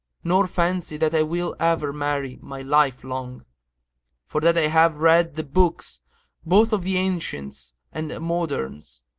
nor fancy that i will ever marry my life long for that i have read the books both of the ancients and the moderns,